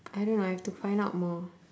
I don't know I have to find out more